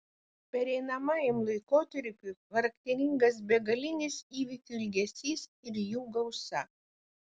pereinamajam laikotarpiui charakteringas begalinis įvykių ilgesys ir jų gausa